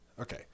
Okay